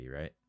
Right